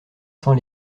sans